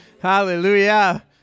Hallelujah